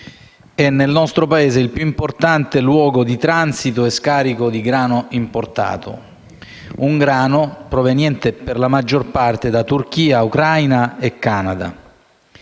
è, nel nostro Paese, il più importante luogo di transito e scarico di grano importato, proveniente per la maggior parte da Turchia, Ucraina e Canada.